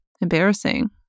embarrassing